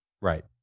Right